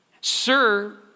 Sir